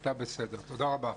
אתה בסדר, תודה רבה.